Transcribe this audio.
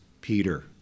Peter